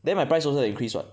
then my price also increase [what]